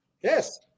Yes